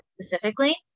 specifically